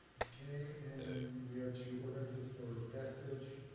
okay and we are to ordinances for passage.